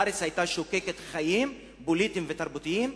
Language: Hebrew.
הארץ היתה שוקקת חיים פוליטיים ותרבותיים,